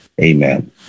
amen